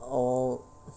oh